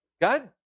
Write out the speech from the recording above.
God